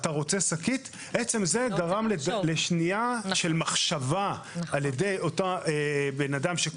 עצם זה גרם לשנייה של מחשבה על ידי אותו קונה.